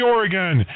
Oregon